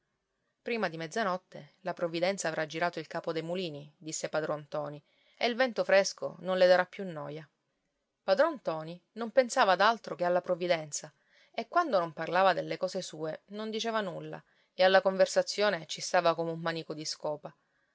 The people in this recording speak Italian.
prima di mezzanotte la provvidenza avrà girato il capo dei mulini disse padron ntoni e il vento fresco non le darà più noia padron ntoni non pensava ad altro che alla provvidenza e quando non parlava delle cose sue non diceva nulla e alla conversazione ci stava come un manico di scopa